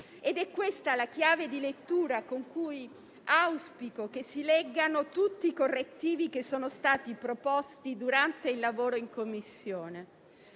ed è questa la chiave di lettura con cui auspico si leggano tutti i correttivi che sono stati proposti durante il lavoro in Commissione.